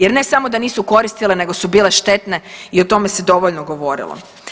Jer ne samo da nisu koristile, nego su bile štetne i o tome se dovoljno govorilo.